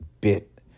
bit